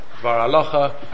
varalacha